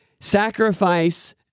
sacrifice